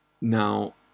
Now